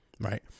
Right